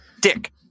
dick